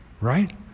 Right